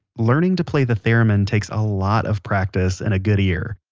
learning to play the theremin takes a lot of practice and a good ear.